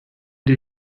die